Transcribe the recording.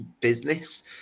business